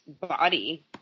body